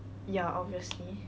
ya obviously